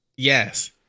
Yes